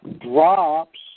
drops